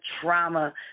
trauma